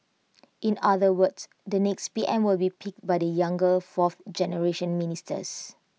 in other words the next P M will be picked by the younger fourth generation ministers